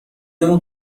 اون